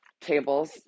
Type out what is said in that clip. tables